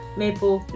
maple